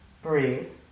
Breathe